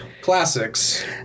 classics